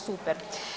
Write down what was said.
Super.